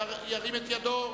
ירים את ידו.